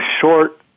short